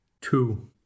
two